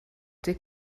dig